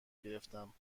گرفتم